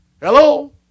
Hello